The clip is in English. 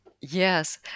Yes